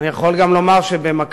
אני יכול גם לומר שבמקביל,